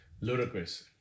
Ludicrous